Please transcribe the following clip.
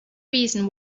reason